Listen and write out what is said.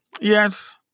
Yes